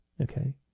Okay